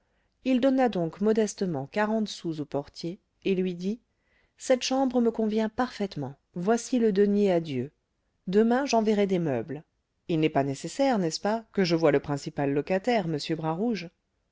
il donna donc modestement quarante sous au portier et lui dit cette chambre me convient parfaitement voici le denier à dieu demain j'enverrai des meubles il n'est pas nécessaire n'est-ce pas que je voie le principal locataire